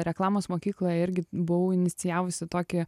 reklamos mokykloj irgi buvau inicijavusi tokį